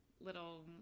little